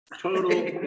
total